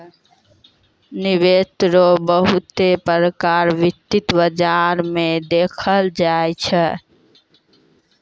निवेश रो बहुते प्रकार वित्त बाजार मे देखलो जाय छै